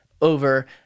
over